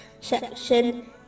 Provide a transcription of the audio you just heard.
section